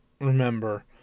remember